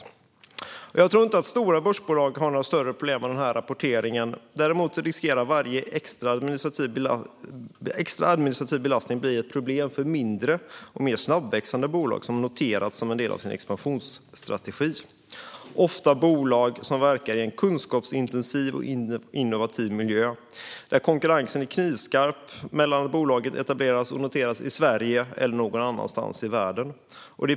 Jag tror inte att stora börsbolag har några större problem med rapporteringen. Däremot riskerar varje extra administrativ belastning att bli ett problem för mindre och snabbväxande bolag som noterats som en del av sin expansionsstrategi. Det är ofta bolag som verkar i en kunskapsintensiv och innovativ miljö där konkurrensen är knivskarp när det gäller om bolaget ska etableras och noteras i Sverige eller någon annanstans i världen.